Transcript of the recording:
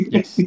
Yes